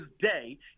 day